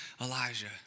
Elijah